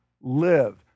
live